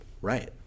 Right